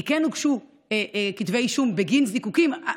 כי כן הוגשו כתבי אישום בגין זיקוקים.